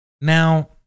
Now